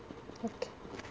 okay